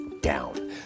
down